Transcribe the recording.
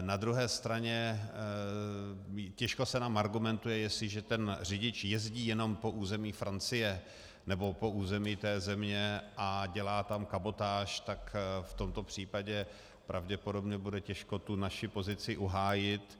Na druhé straně těžko se nám argumentuje, jestliže ten řidič jezdí jenom po území Francie nebo po území té země a dělá tam kabotáž, tak v tomto případě pravděpodobně bude těžko naši pozici uhájit.